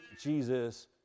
Jesus